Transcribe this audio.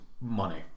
money